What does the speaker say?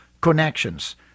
connections